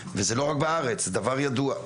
וזה לא רק בארץ, זה דבר ידוע.